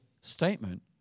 statement